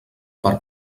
per